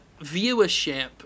viewership